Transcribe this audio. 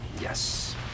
Yes